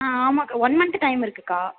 ஆ ஆமாம்க்கா one month time இருக்குக்கா